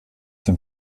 zum